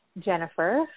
Jennifer